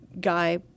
guy